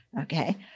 Okay